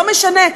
לא משנה,